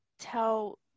Tell